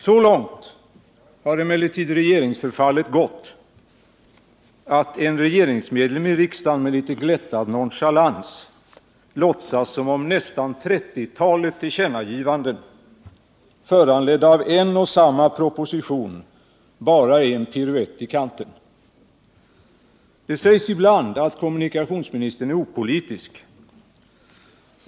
Så långt har emellertid regeringsförfallet gått, att en regeringsmedlem i riksdagen med litet glättad nonchalans låtsas som om nästan 30-talet tillkännagivanden föranledda av en och samma proposition bara är en piruett, bara anteckningar i marginalen. Det sägs ibland att kommunikationsministern är opolitisk.